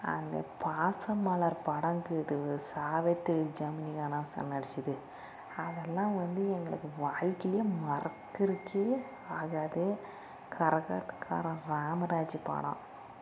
அந்தப் பாசமலர் படம்ங்கிது சாவித்திரி ஜெமினி கணேசன் நடிச்சது அதெல்லாம் வந்து எங்களுக்கு வாழ்க்கையில் மறக்றக்துகே ஆகாது கரகாட்டக்காரன் ராமராஜ் படம்